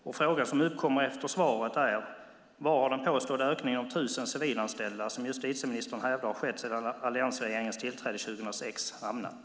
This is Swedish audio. Den fråga som uppkommer efter svaret är: Var har den påstådda ökning av 1 000 civilanställda som justitieministern hävdar har skett sedan alliansregeringens tillträde 2006 hamnat?